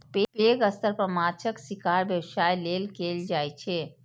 पैघ स्तर पर माछक शिकार व्यवसाय लेल कैल जाइ छै